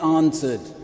answered